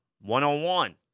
one-on-one